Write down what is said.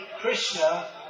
Krishna